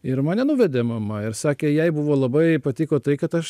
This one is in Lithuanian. ir mane nuvedė mama ir sakė jai buvo labai patiko tai kad aš